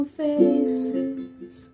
faces